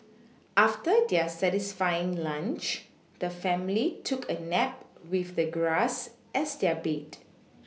after their satisfying lunch the family took a nap with the grass as their bed